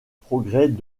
progrès